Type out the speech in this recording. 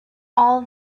all